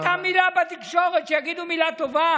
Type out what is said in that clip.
לא שמעת מילה בתקשורת, שיגידו מילה טובה